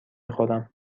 خورم